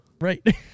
Right